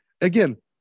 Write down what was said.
Again